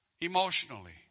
Emotionally